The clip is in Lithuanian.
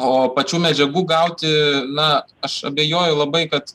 o pačių medžiagų gauti na aš abejoju labai kad